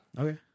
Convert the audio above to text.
okay